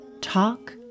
talk